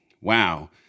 wow